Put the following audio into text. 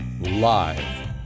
live